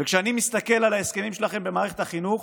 וכשאני מסתכל על ההסכמים שלכם במערכת החינוך,